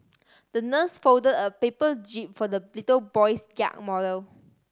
the nurse folded a paper jib for the little boy's yacht model